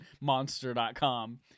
monster.com